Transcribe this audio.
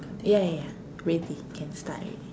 ya ya ya ready can start already